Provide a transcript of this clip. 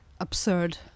absurd